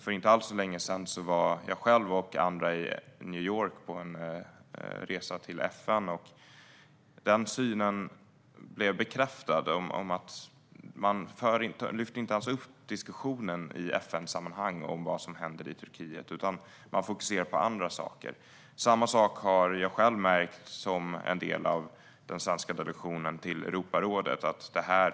För inte alls så länge sedan var jag själv och andra i New York på en resa till FN. Min syn bekräftades; man lyfter inte alls upp diskussionen om vad som händer i Turkiet i FN-sammanhang. Man fokuserar i stället på andra saker. Samma sak har jag själv märkt som en del av den svenska delegationen till Europarådet.